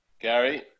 Gary